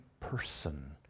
person